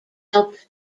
helped